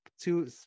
two